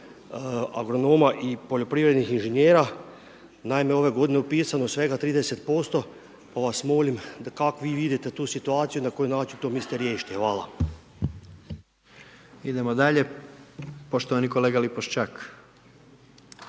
agronoma i poljoprivrednih inženjera. Naime, ove g. je upisano svega 305, pa vas molim, da kako vi vidite tu situaciju i na koji način to mislite riješiti. Hvala. **Jandroković, Gordan